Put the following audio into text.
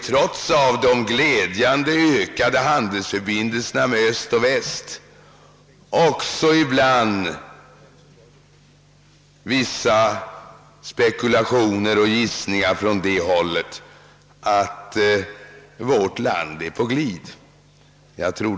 Trots att handelsförbindelserna med både öst och väst glädjande nog har ökat har det ibland förekommit vissa spekulationer och gissningar om att vårt land är på glid.